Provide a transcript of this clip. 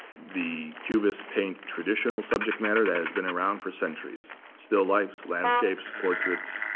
the cubist paint traditional subject matter that has been around for centuries, still lifes, landscapes, portraits,